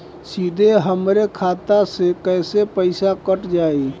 सीधे हमरे खाता से कैसे पईसा कट जाई?